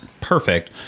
perfect